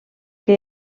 que